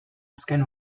azken